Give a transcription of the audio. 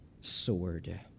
sword